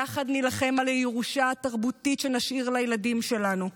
יחד נילחם על הירושה התרבותית שנשאיר לילדים שלנו.